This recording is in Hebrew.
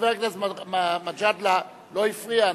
חבר הכנסת מג'אדלה לא הפריע.